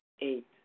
Eight